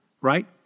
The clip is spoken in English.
right